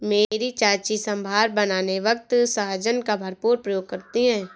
मेरी चाची सांभर बनाने वक्त सहजन का भरपूर प्रयोग करती है